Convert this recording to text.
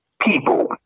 people